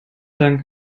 dank